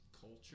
culture